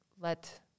let